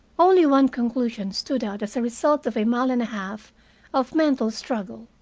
only one conclusion stood out as a result of a mile and a half of mental struggle.